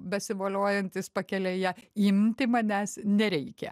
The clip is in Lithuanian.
besivoliojantis pakelėje imti manęs nereikia